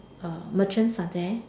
uh merchants are there